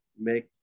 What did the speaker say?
make